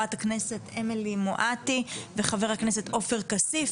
חברת הכנסת אמילי מואטי וחבר הכנסת עופר כסיף,